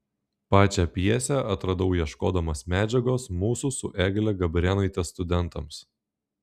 pačią pjesę atradau ieškodamas medžiagos mūsų su egle gabrėnaite studentams